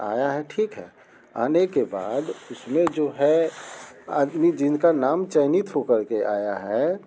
आया है ठीक है आने के बाद उसमें जो है आदमी जिनका नाम चयनित होकर के आया है